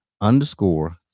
underscore